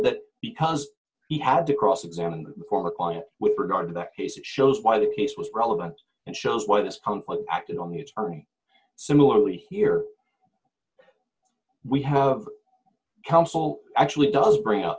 that because he had to cross examine the court on it with regard to the case it shows why the case was relevant and shows why this act on the attorney similarly here we have counsel actually does bring out